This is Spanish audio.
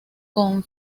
con